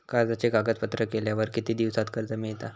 कर्जाचे कागदपत्र केल्यावर किती दिवसात कर्ज मिळता?